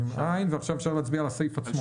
עכשיו אפשר להצביע על הסעיף עצמו.